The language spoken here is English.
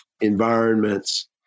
environments